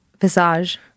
visage